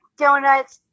donuts